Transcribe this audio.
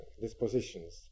dispositions